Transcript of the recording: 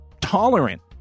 tolerant